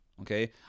okay